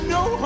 no